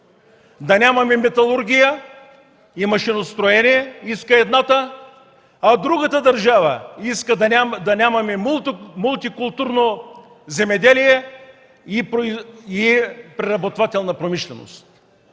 да нямаме металургия и машиностроене, а другата иска да нямаме мултикултурно земеделие и преработвателна промишленост.